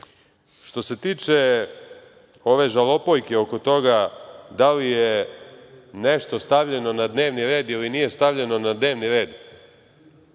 se tiče ove žalopojke oko toga da li je nešto stavljeno na dnevni red ili nije stavljeno na dnevni red,